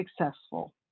successful